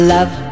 Love